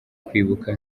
kwibuka